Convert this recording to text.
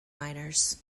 liners